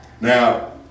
Now